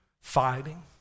Fighting